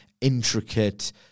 intricate